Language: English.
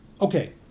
Okay